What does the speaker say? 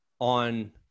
on